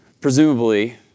presumably